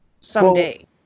someday